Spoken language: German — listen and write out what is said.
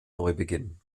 neubeginn